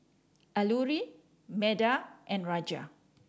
Alluri Medha and Raja